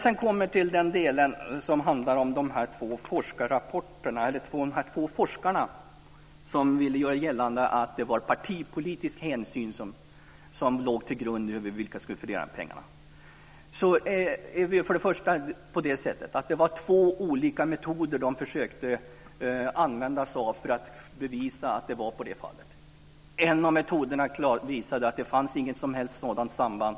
Sedan kommer vi till den del som handlar om de två forskarna som ville göra gällande att det var partipolitiska hänsyn som låg till grund för fördelningen av pengarna. De försökte använda sig av två olika metoder för att bevisa detta. En av metoderna visade att det inte fanns något som helst sådant samband.